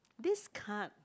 this card